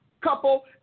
Couple